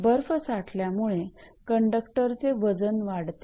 बर्फ साठल्यामुळे कंडक्टरचे वजन वाढते